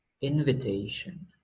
invitation